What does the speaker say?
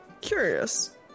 Curious